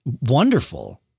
wonderful